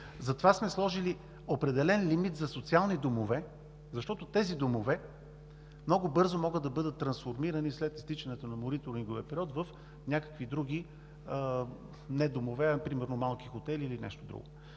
Затова сме сложили определен лимит за социални домове, защото тези домове много бързо могат да бъдат трансформирани след изтичане на мониторинговия период в други – не домове, а примерно малки хотели или нещо друго.